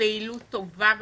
לפעילות טובה בוועדות,